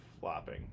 flopping